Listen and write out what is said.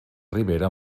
ribera